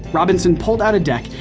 robinson pulled out a deck,